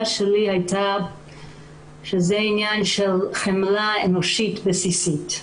שלי היתה שזה עניין של חמלה אנושית בסיסית.